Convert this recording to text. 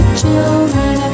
children